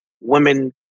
women